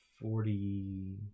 forty